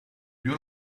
più